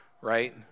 right